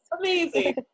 Amazing